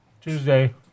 Tuesday